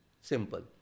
Simple